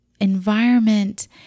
environment